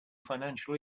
financial